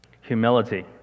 Humility